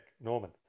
norman